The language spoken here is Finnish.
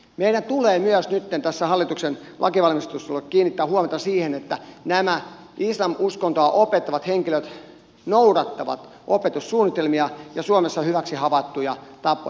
meidän tulee nytten tässä hallituksen lakivalmistelussa kiinnittää huomiota myös siihen että nämä islam uskontoa opettavat henkilöt noudattavat opetussuunnitelmia ja suomessa hyväksi havaittuja tapoja